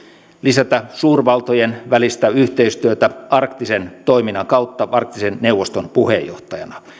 lisätä suurvaltojen välistä yhteistyötä arktisen toiminnan kautta arktisen neuvoston puheenjohtajana